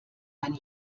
ein